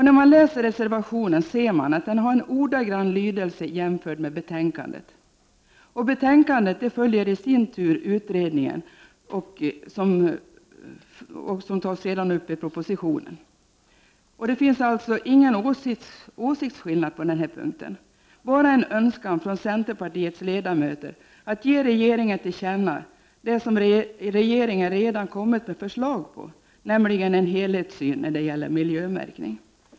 När man läser reservationen, ser man att den har en ordagrann lydelse jämförd med betänkandet. Betänkandet följer i sin tur utredningen och propositionen. Det finns alltså ingen åsiktsskillnad på den här punkten, bara en önskan från centerpartiets ledamöter att ge regeringen till känna det regeringen redan har kommit med förslag om, nämligen en helhetssyn när det gäller miljömärkning.